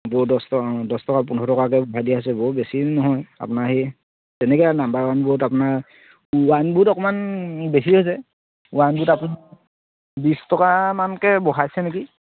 বৌ দহ টকা দহ টকা পোন্ধৰ টকাকৈ বঢ়াই দিয়া হৈছে বৌ বৰ বেছি নহয় আপোনাৰ সেই তেনেকৈ নাম্বাৰ ওৱানবোৰত আপোনাৰ ৱাইনবোৰত অকমান বেছি হৈছে ৱাইনবোৰত আপুনি বিছ টকামানকৈ বঢ়াইছে নেকি